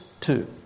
two